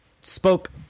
spoke